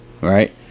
right